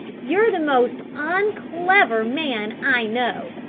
you're the most un-clever man i know.